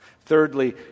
Thirdly